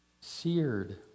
seared